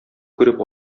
күреп